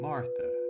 Martha